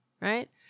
right